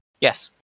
Yes